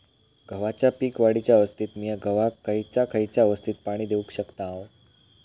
गव्हाच्या पीक वाढीच्या अवस्थेत मिया गव्हाक खैयचा खैयचा अवस्थेत पाणी देउक शकताव?